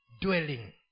dwelling